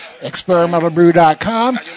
experimentalbrew.com